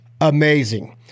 amazing